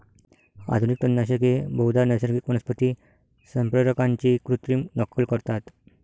आधुनिक तणनाशके बहुधा नैसर्गिक वनस्पती संप्रेरकांची कृत्रिम नक्कल करतात